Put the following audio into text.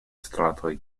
stratoj